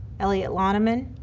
elliott lonneman,